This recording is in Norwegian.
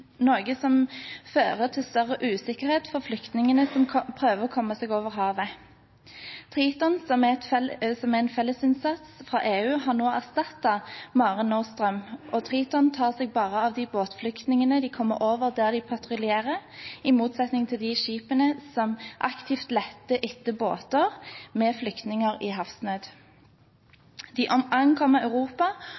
som fører til større usikkerhet for flyktningene som prøver å komme seg over havet. Triton, som er en fellesinnsats fra EU, har nå erstattet Mare Nostrum, og Triton tar seg bare av de båtflyktningene de kommer over der de patruljerer, i motsetning til de skipene som aktivt leter etter båter med flyktninger i havsnød. De